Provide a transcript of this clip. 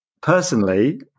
personally